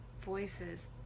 voices